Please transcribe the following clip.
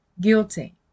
guilty